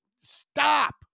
stop